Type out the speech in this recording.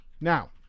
Now